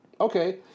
Okay